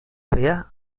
fea